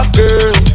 girl